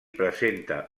presenta